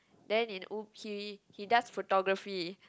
then in ub~ he he does photography